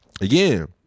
again